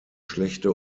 schlechte